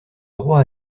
roi